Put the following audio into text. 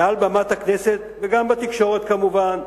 מעל במת הכנסת, וגם בתקשורת כמובן,